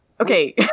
okay